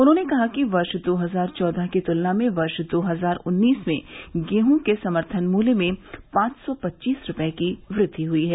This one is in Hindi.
उन्होंने कहा कि वर्ष दो हजार चौदह की तुलना में वर्ष दो हजार उन्नीस में गेहूँ के समर्थन मूल्य में पांच सौ पच्चीस रूपये की वृद्धि हई है